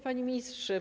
Panie Ministrze!